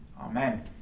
amen